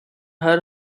her